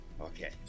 okay